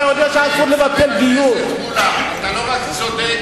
אתה יודע אתה לא רק צודק,